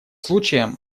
случаем